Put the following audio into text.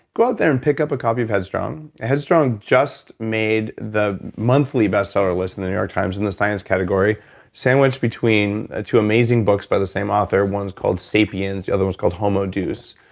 go out there and pick up a copy of head strong. head strong just made the monthly bestseller list and in the archives in the science category sandwiched between ah two amazing books by the same author. one is called sapiens. the other was called homo deus,